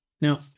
Now